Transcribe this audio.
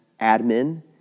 admin